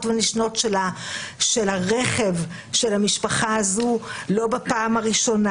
ונשנות של הרכב של המשפחה הזו לא בפעם הראשונה,